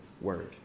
word